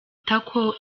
itako